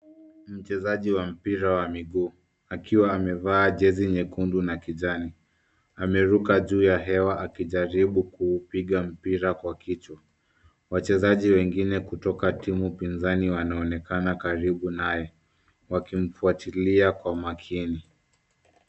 Mchezaji wa mpira wa miguu akiwa amevaa jezi nyekundu na kijani ameruka juu ya hewa akijaribu kuupiga mpira kwa kichwa. Wachezaji wengine kutoka timu pinzani wanaonekana karibu naye wakimfuatilia kwa makini.